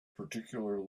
particular